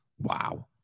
Wow